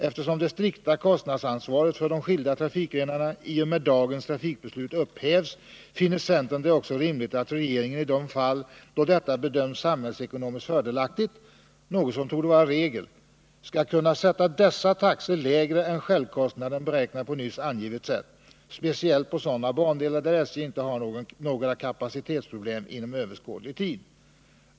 Eftersom det strikta kostnadsansvaret för de skilda trafikgrenarna i och med dagens trafikbeslut upphävs, finner centern det också rimligt att regeringen i de fall då detta bedöms samhällsekonomiskt fördelaktigt — något som torde vara regel — skall kunna sätta dessa taxor lägre än självkostnaden beräknad på nyss angivet sätt, speciellt på sådana bandelar där SJ inte har några kapacitetsproblem inom överskådlig tid.